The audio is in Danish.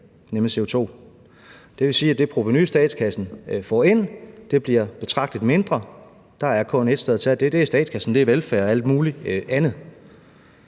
nemlig CO2. Det vil sige, at det provenu, statskassen får ind, bliver betragtelig mindre, og der er kun et sted at tage det, og det er statskassen – det er velfærd og alt muligt andet.